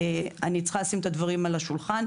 אני צריכה לשים את הדברים על השולחן,